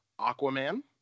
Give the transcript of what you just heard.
Aquaman